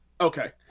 Okay